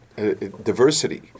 Diversity